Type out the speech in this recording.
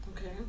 okay